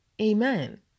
amen